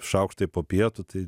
šaukštai po pietų tai